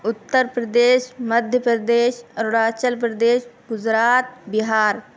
Uttar Pradesh Madhya Pradesh Arunachal Pradesh Gujarat Bihar